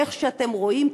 איך שאתם רואים,